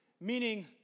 Meaning